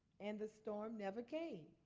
and the storm never came.